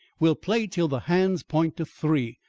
we'll play till the hands point to three,